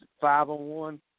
five-on-one